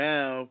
Now